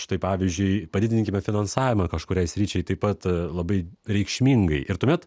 štai pavyzdžiui padidinkime finansavimą kažkuriai sričiai taip pat labai reikšmingai ir tuomet